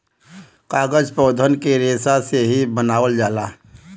कागज पौधन के रेसा से ही बनावल जाला